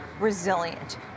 resilient